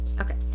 Okay